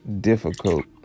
difficult